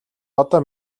одоо